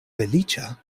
feliĉa